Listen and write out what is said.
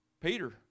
Peter